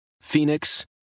Phoenix